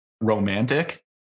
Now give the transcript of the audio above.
romantic